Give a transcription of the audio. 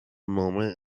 moment